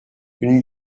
une